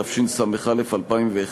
התשס"א 2001,